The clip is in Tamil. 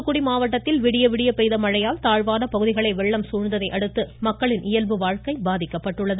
தூத்துக்குடி மாவட்டத்தில் விடிய விடிய பெய்த மழையால் தாழ்வான பகுதிகளை வெள்ளம் சூழ்ந்ததையடுத்து மக்களின் இயல்பு வாழ்க்கை பாதிக்கப்பட்டுள்ளது